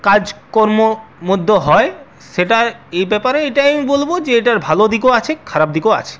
কাজকর্ম মধ্য হয় সেটা এই ব্যাপারে এটাই আমি বলবো যে এটার ভালো দিকও আছে খারাপ দিকও আছে